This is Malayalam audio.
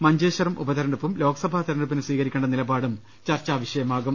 മഞ്ചേശ്വരം ഉപതെ രഞ്ഞെടുപ്പും ലോക്സഭാ തെരഞ്ഞെടുപ്പിന് സ്വീകരിക്കേണ്ട നിലപാടും ചർച്ചാവി ഷയമാകും